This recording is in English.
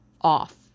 off